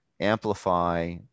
amplify